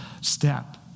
step